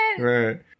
Right